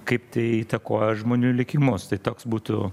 kaip tai įtakoja žmonių likimus tai toks būtų